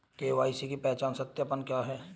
KYC पहचान सत्यापन क्या है?